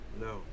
No